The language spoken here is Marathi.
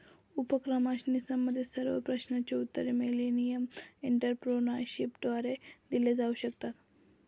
उपक्रमाशी संबंधित सर्व प्रश्नांची उत्तरे मिलेनियम एंटरप्रेन्योरशिपद्वारे दिली जाऊ शकतात